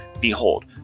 behold